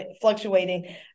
fluctuating